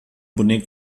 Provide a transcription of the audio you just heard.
bonic